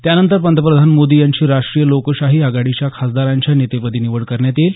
त्यानंतर पंतप्रधान मोदी यांची राष्ट्रीय लोकशाही आघाडीच्या खासदारांच्या नेतेपदी निवड करण्यात येईल